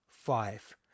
Five